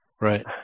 Right